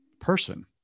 person